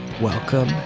Welcome